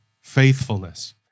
faithfulness